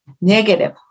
negative